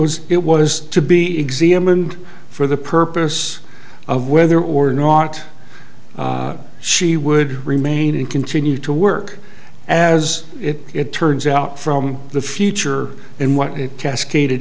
was it was to be examined for the purpose of whether or not she would remain and continue to work as it turns out from the future and what it cascade